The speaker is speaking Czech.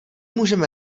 můžeme